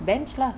bench lah